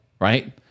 right